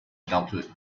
adulthood